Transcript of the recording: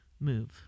move